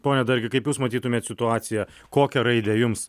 pone dargi kaip jūs matytumėt situaciją kokią raidę jums